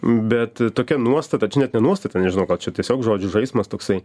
bet tokia nuostata čia net ne nuostata nežinau gal čia tiesiog žodžių žaismas toksai